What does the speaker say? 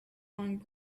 long